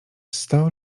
sto